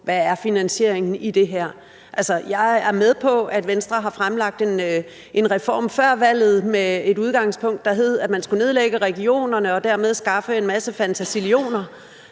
hvad finansieringen i det her er. Altså, jeg er med på, at Venstre har fremlagt en reform før valget med et udgangspunkt, der hed, at man skulle nedlægge regionerne og dermed skaffe en masse fantasillioner,